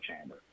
chamber